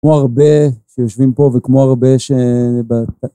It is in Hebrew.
כמו הרבה שיושבים פה וכמו הרבה שבאתם.